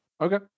Okay